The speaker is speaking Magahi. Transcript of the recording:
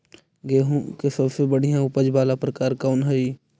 गेंहूम के सबसे बढ़िया उपज वाला प्रकार कौन हई?